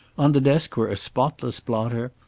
on the desk were a spotless blotter,